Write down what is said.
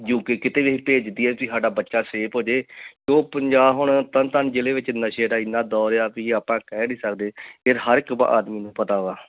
you K ਕਿਤੇ ਵੀ ਅਸੀਂ ਭੇਜ ਦੇਈਏ ਵੀ ਸਾਡਾ ਬੱਚਾ ਸੇਫ ਹੋ ਜਾਵੇ ਅਤੇ ਉਹ ਪੰਜਾ ਹੁਣ ਤਰਨ ਤਾਰਨ ਜ਼ਿਲ੍ਹੇ ਵਿੱਚ ਨਸ਼ੇ ਦਾ ਇੰਨਾ ਦੌਰ ਆ ਵੀ ਆਪਾਂ ਕਹਿ ਨਹੀਂ ਸਕਦੇ ਇਹ ਹਰ ਇੱਕ ਬ ਆਦਮੀ ਨੂੰ ਪਤਾ ਵਾ